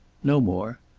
no more.